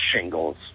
shingles